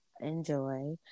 enjoy